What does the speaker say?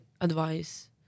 advice